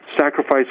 sacrifice